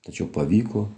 tačiau pavyko